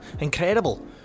Incredible